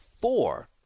four